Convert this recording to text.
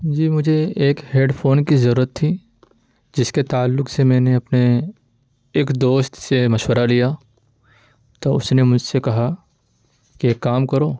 جی مجھے ایک headphone کی ضرورت تھی جس کے تعلق سے میں نے اپنے ایک دوست سے مشورہ لیا تو اس نے مجھ سے کہا کہ ایک کام کرو